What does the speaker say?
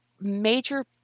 major